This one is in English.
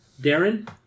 Darren